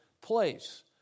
place